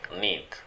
need